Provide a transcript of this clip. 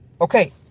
Okay